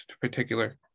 particular